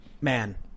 Man